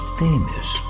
famous